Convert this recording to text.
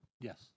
Yes